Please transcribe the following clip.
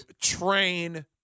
train